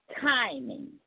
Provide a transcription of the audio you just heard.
timing